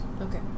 Okay